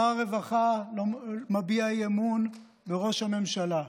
שר הרווחה מביע אי-אמון בראש הממשלה.